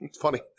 Funny